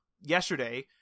yesterday